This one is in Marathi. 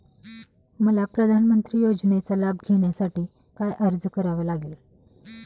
मला प्रधानमंत्री योजनेचा लाभ घेण्यासाठी काय अर्ज करावा लागेल?